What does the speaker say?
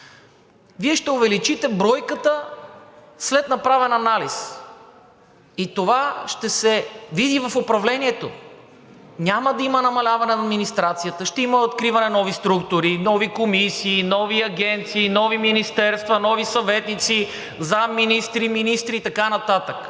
Вие ще увеличите бройката след направен анализ и това ще се види в управлението. Няма да има намаляване на администрацията, ще има откриване на нови структури, нови комисии, нови агенции, нови министерства, нови съветници, заместник-министри, министри и така нататък.